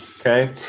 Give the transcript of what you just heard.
Okay